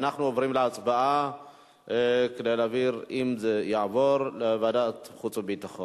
אנחנו עוברים להצבעה כדי להחליט אם זה יעבור לוועדת חוץ וביטחון.